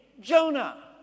Jonah